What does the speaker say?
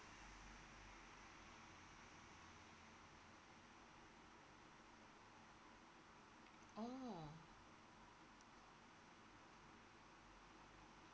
oh